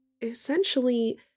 essentially